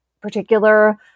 particular